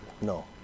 No